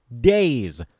days